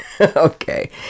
Okay